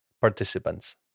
participants